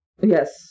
Yes